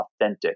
authentic